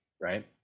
right